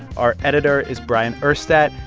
our editor is bryant urstadt.